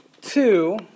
Two